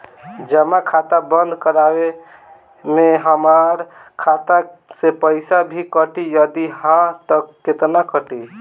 जमा खाता बंद करवावे मे हमरा खाता से पईसा भी कटी यदि हा त केतना कटी?